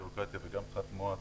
בירוקרטיה וגם פחת מואץ,